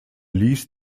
ließ